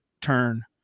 turn